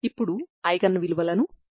ఇప్పుడు పరిష్కారం కోసం చూడండి